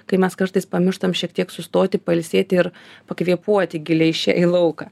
kai mes kartais pamirštam šiek tiek sustoti pailsėti ir pakvėpuoti giliai še į lauką